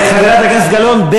חברת הכנסת גלאון,